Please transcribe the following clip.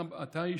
אתה האיש,